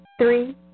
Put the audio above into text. Three